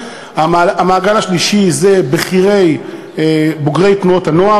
המעגל השלישי זה בכירי בוגרי תנועות הנוער.